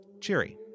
Cheery